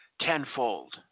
tenfold